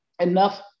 enough